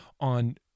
on